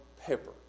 pepper